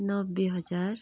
नब्बे हजार